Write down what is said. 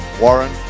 Warren